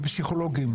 ופסיכולוגים.